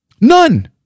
None